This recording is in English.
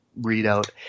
readout